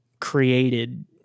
created